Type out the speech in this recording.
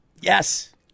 yes